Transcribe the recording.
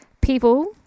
people